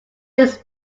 this